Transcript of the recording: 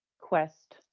quest